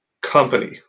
company